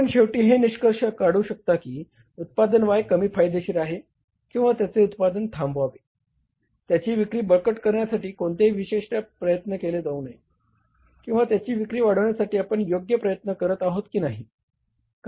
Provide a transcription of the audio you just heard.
आपण शेवटी हे निष्कर्ष काढू शकता की उत्पादन Y कमी फायदेशीर आहे किंवा त्याचे उत्पादन थांबवावे त्याची विक्री बळकट करण्यासाठी कोणतेही विशेष प्रयत्न केले जाऊ नयेत किंवा त्याची विक्री वाढविण्यासाठी आपण योग्य प्रयत्न करत आहोत की नाही